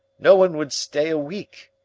no one would stay a week.